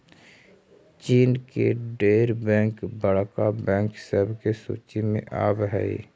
चीन के ढेर बैंक बड़का बैंक सब के सूची में आब हई